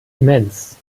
immens